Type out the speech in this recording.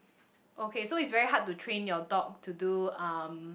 okay so it's very hard to train your dog to do um